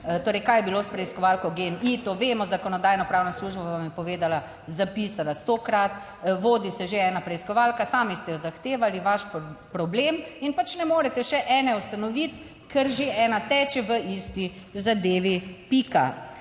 kaj je bilo s preiskovalko Gen-I? To vemo, Zakonodajno-pravna služba vam je povedala, zapisala, stokrat vodi se že ena preiskovalka, sami ste jo zahtevali, vaš problem in pač ne morete še ene ustanoviti. Ker že ena teče v isti zadevi. Pika.